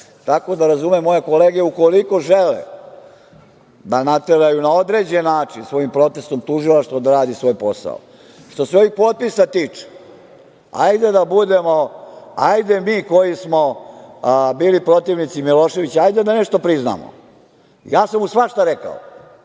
Tako da, razumem moje kolege ukoliko žele da nateraju na određeni način svojim protestom tužilaštvo da radi svoj posao. Što se ovih potpisa tiče, hajde da budemo, hajde mi koji smo bili protivnici Miloševića, hajde da nešto priznamo. Ja sam mu svašta rekao,